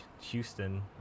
houston